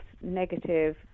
negative